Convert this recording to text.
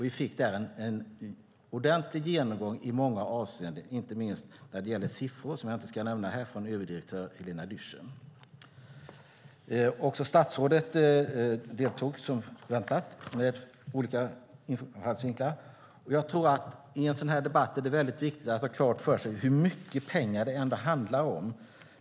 Vi fick där en ordentlig genomgång i många avseenden, inte minst när det gäller siffror, som jag inte ska nämna här, från Helena Dyrssen. Också finansministern kom, som väntat, med olika infallsvinklar. Jag tror att det är mycket viktigt att i en sådan här debatt ha klart för sig hur mycket pengar det ändå handlar om.